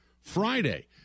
Friday